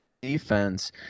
defense